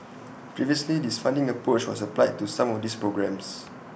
previously this funding approach was applied to some of these programmes